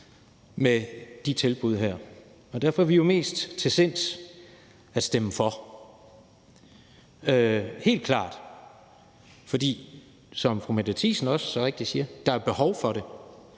med de tilbud her. Og derfor er vi mest til sinds at stemme for. Helt klart. For som fru Mette Thiesen også så rigtigt siger: Der er behov for det.